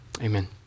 Amen